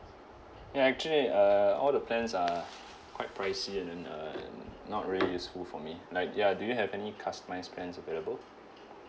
ya actually uh all the plans are quite pricey and then uh not really useful for me like ya do you have any customised plans available